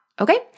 Okay